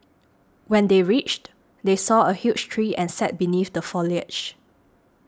when they reached they saw a huge tree and sat beneath the foliage